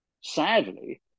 sadly